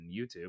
youtube